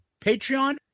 Patreon